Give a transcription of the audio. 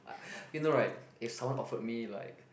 a~ you know right if someone offered me like